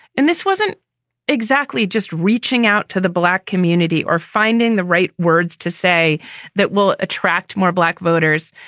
and this wasn't exactly just reaching out to the black community or finding the right words to say that will attract more black voters.